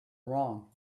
wrong